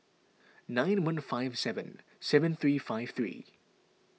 nine one five seven seven three five three